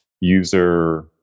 user